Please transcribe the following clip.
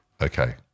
Okay